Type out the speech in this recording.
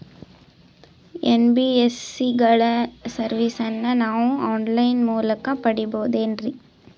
NBSC ಗಳ ಸರ್ವಿಸನ್ನ ನಾವು ಆನ್ ಲೈನ್ ಮೂಲಕ ಪಡೆಯಬಹುದೇನ್ರಿ?